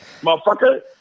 motherfucker